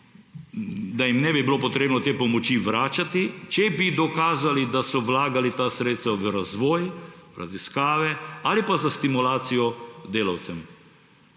da jim ne bi bilo treba te pomoči vračati, če bi dokazali, da so vlagali ta sredstva v razvoj, raziskave ali pa za stimulacijo delavcem?